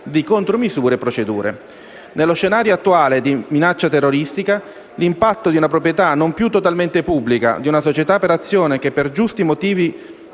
di contromisure e procedure. Nello scenario attuale di minaccia terroristica, l'impatto di una proprietà non più totalmente pubblica, di una società per azioni che per giusti criteri